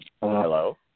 Hello